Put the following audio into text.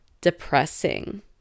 depressing